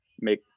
make